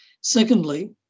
Secondly